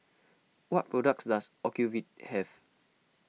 what products does Ocuvite have